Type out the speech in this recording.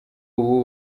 ubu